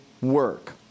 work